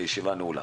הישיבה נעולה.